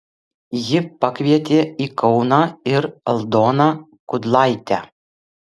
ji pakvietė į kauną ir aldoną kudlaitę